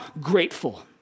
grateful